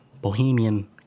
Bohemian